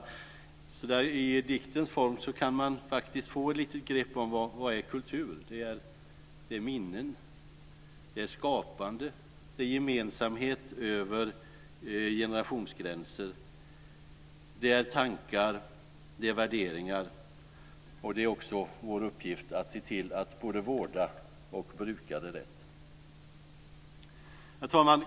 Så där, i diktens form, kan man faktiskt få ett litet grepp om vad kultur är. Det är minnen, det är skapande, det är gemensamhet över generationsgränser, det är tankar, det är värderingar, och det är också vår uppgift att se till att både vårda och bruka det rätt. Herr talman!